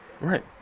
right